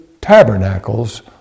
tabernacles